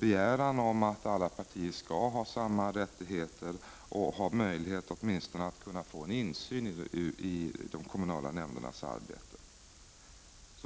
begäran om att alla partier skall ha samma rättigheter, att alla partier skall ha möjlighet att åtminstone få insyn i de kommunala nämndernas arbete.